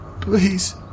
Please